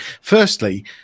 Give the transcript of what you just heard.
firstly